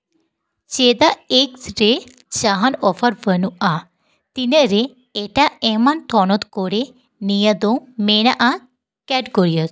ᱪᱮᱫᱟᱜ ᱮᱜᱽᱥ ᱨᱮ ᱡᱟᱦᱟᱱ ᱚᱯᱷᱟᱨ ᱵᱟᱹᱱᱩᱜᱼᱟ ᱛᱤᱱᱟᱹᱜ ᱨᱮ ᱮᱴᱟᱜ ᱮᱢᱟᱱ ᱛᱚᱱᱚᱛ ᱠᱚᱨᱮ ᱱᱤᱭᱟᱹ ᱫᱚ ᱢᱮᱱᱟᱜᱼᱟ ᱠᱮᱰᱠᱳᱨᱤᱭᱟ